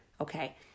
okay